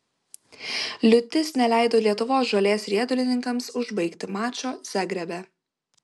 liūtis neleido lietuvos žolės riedulininkams užbaigti mačo zagrebe